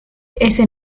ese